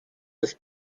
this